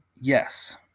yes